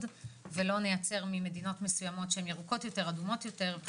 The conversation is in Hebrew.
ולא נייצר ממדינות מסוימות שהן ירוקות יותר או אדומות יותר.